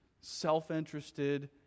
self-interested